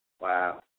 Wow